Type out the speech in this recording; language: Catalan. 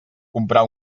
comprar